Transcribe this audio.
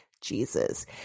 Jesus